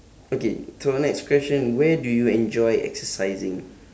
okay so next question where do you enjoy exercising